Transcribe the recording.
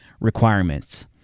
requirements